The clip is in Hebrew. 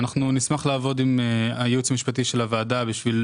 אנחנו נשמח לעבוד עם הייעוץ המשפטי של הוועדה בשביל